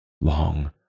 Long